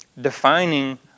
defining